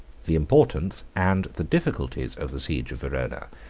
the importance, and the difficulties of the siege of verona,